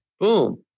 Boom